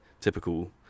typical